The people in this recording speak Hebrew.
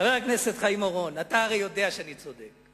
חבר הכנסת חיים אורון, אתה הרי יודע שאני צודק.